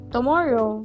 Tomorrow